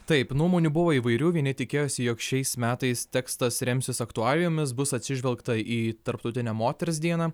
taip nuomonių buvo įvairių vieni tikėjosi jog šiais metais tekstas remsis aktualijomis bus atsižvelgta į tarptautinę moters dieną